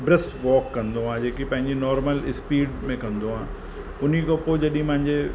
ड्रिस walk कंदो आहे जेकी पंहिंजी नॉर्मल स्पीड में कंदो आहे उन खां पोइ जॾहिं मुंहिंजे